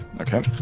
Okay